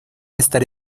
estar